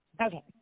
Okay